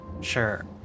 Sure